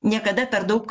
niekada per daug